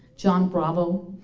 john bravo,